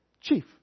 chief